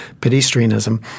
pedestrianism